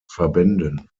verbänden